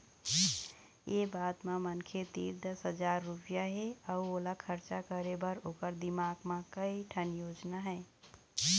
ए बात म मनखे तीर दस हजार रूपिया हे अउ ओला खरचा करे बर ओखर दिमाक म कइ ठन योजना हे